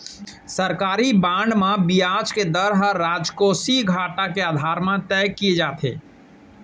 सरकारी बांड म बियाज के दर ह राजकोसीय घाटा के आधार म तय किये जाथे